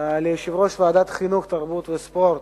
ליושב-ראש ועדת החינוך, התרבות והספורט,